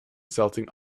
celtic